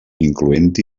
incloent